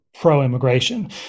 pro-immigration